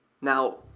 Now